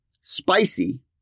spicy